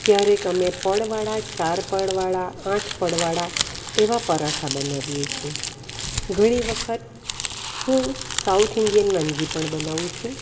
ક્યારેક અમે પડવાળા ચાર પડવાળા આઠ પડવાળા એવા પરાઠા બનાવીએ છીએ ઘણી વખત હું સાઉથ ઇંડિયન વાનગી પણ બનાવું છું